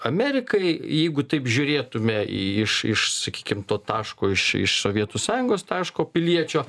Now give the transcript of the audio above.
amerikai jeigu taip žiūrėtume į iš sakykime to taško iš sovietų sąjungos taško piliečio